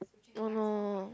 oh no